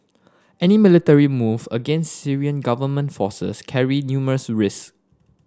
any military move against Syrian government forces carry numerous risk